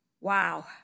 Wow